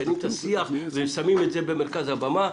משנים את השיח ושמים את זה במרכז הבמה,